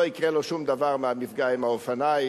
לא יקרה לו שום דבר מהמפגע עם האופניים,